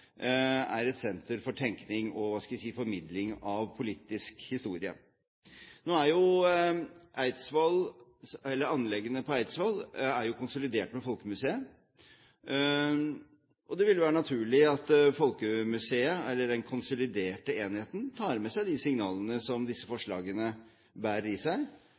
er et senter for tenkning og formidling av politisk historie. Nå er anleggene på Eidsvoll konsolidert med Folkemuseet. Det ville være naturlig at Folkemuseet – eller den konsoliderte enheten – tar med seg de signalene som disse forslagene bærer i seg,